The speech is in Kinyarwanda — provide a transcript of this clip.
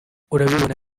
urabibona